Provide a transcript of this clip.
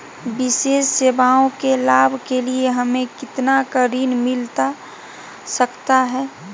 विशेष सेवाओं के लाभ के लिए हमें कितना का ऋण मिलता सकता है?